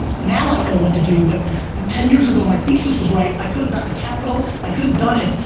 now i know what to do but ten years ago my thesis was right, i could have gotten the capital, i could have done it,